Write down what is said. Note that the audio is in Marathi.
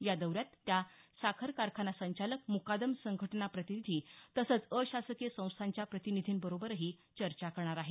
या दौऱ्यात त्या साखर कारखाना संचालक मुकादम संघटना प्रतिनिधी तसंच अशासकीय संस्थाच्या प्रतिनिधींबरोबरही चर्चा करणार आहेत